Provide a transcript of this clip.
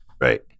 Right